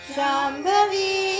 Shambhavi